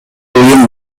уюм